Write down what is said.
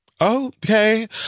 okay